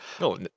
No